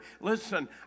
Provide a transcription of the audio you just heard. Listen